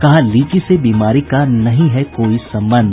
कहा लीची से बीमारी का नहीं है कोई संबंध